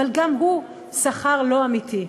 אבל הוא גם שכר לא אמיתי.